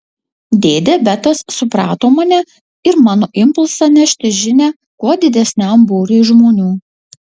dėdė betas suprato mane ir mano impulsą nešti žinią kuo didesniam būriui žmonių